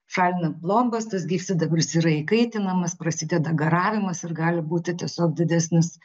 šalinant plombas tas gyvsidabris yra įkaitinamas prasideda garavimas ir gali būti tiesiog didesnis